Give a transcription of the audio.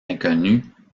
inconnu